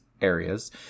areas